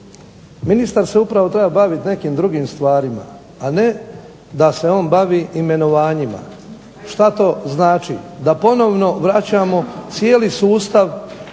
ministar se treba baviti nekim drugim stvarima a ne da se on bavi imenovanjima, što to znači da ponovno vraćamo cijeli sustav